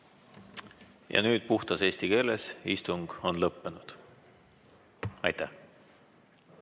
Ja nüüd puhtas eesti keeles: istung on lõppenud. Ja